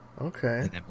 Okay